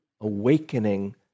awakening